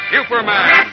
Superman